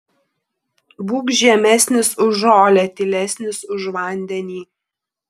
būk žemesnis už žolę tylesnis už vandenį